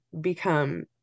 become